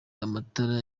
amatara